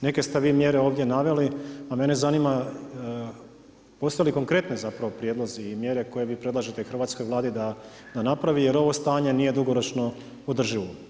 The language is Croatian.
Neke ste vi mjere ovdje naveli, a mene zanima postoje li konkretni zapravo prijedlozi i mjere koje vi predlažete hrvatskoj Vladi da napravi, jer ovo stanje nije dugoročno održivo.